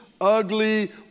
ugly